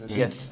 yes